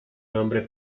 nombre